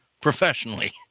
professionally